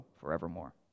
forevermore